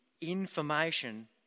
information